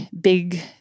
big